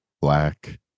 black